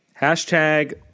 Hashtag